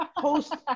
Post